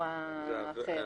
בצורה אחרת.